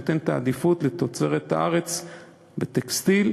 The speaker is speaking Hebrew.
שנותן את העדיפות לתוצרת הארץ בטקסטיל